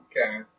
Okay